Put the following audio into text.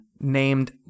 Named